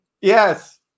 yes